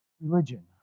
religion